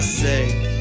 say